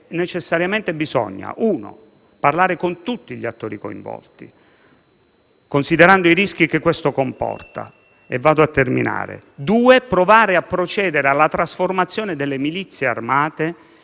necessariamente parlare con tutti gli attori coinvolti, considerando i rischi che questo comporta; in secondo luogo, occorre provare a procedere alla trasformazione delle milizie armate